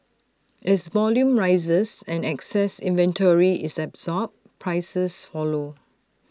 as volume rises and excess inventory is absorbed prices follow